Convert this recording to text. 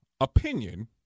opinion